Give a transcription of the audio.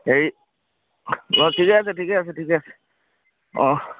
হেৰি অঁ ঠিকে আছে ঠিকে আছে ঠিকে আছে অঁ